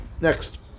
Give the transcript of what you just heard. Next